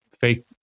fake